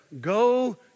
go